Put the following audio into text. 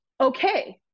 okay